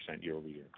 year-over-year